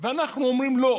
ואנחנו אומרים: לא,